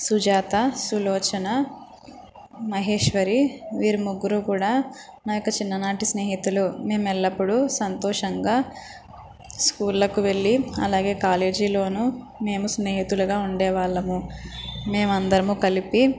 సుజాత సులోచన మహేశ్వరి వీరు ముగ్గురు కూడా నా యొక్క చిన్ననాటి స్నేహితులు మేం ఎల్లప్పుడూ సంతోషంగా స్కూల్ కు వెళ్లి అలాగే కాలేజీ లోనూ మేము స్నేహితులుగా ఉండే వాళ్ళము మేము అందరం కలిసి